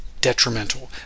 detrimental